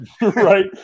Right